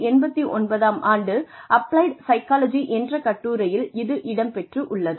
1989 ஆம் ஆண்டு applied psychology என்ற கட்டுரையில் இது இடம் பெற்றுள்ளது